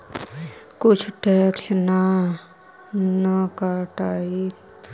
कुछ टैक्स ना न कटतइ?